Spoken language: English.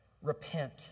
Repent